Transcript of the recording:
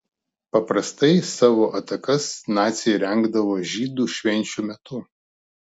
paprastai savo atakas naciai rengdavo žydų švenčių metu